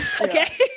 Okay